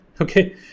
okay